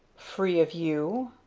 free of you?